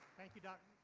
thank you, doctor.